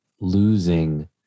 losing